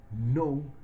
no